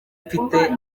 mfite